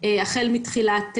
אבל אף אחת לא פנתה,